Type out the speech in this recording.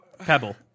Pebble